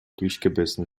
durchgebissen